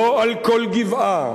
לא על כל גבעה.